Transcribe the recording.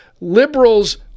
liberals